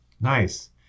Nice